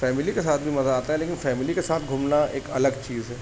family کے ساتھ بھی مزہ آتا ہے لیکن فیملی کے ساتھ گھومنا ایک الگ چیز ہے